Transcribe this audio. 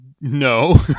No